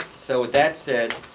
so with that said,